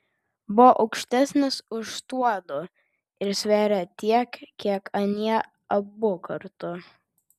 buvo aukštesnis už tuodu ir svėrė tiek kiek anie abu kartu